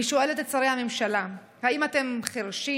אני שואלת את שרי הממשלה: האם אתם חירשים?